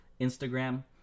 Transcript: Instagram